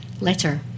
letter